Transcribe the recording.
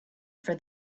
for